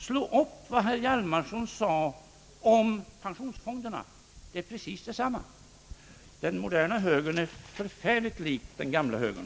Slå upp vad herr Hjalmarsson sade om ATP-fonderna. Det är precis detsamma. Den moderna högern är förfärligt lik den gamla högern.